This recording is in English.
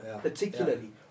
particularly